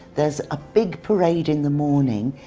there's a big parade in the morning,